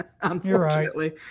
Unfortunately